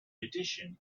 addition